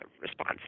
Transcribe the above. response